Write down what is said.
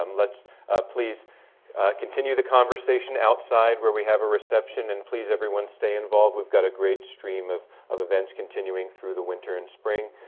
um let's please continue the conversation outside where we have a reception and please everyone stay involved. we've got a great stream of of events continuing through the winter and spring.